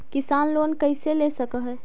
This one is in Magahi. किसान लोन कैसे ले सक है?